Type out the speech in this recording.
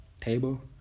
table